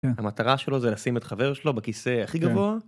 המטרה שלו זה לשים את חבר שלו בכיסא הכי גבוה.